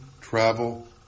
travel